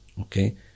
Okay